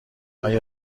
آیا